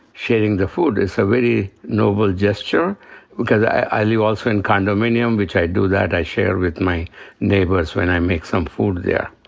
sharing the food, it's a very noble gesture because i live also in condominium, which i do that, i share with my neighbors when i make some food there.